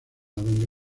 donde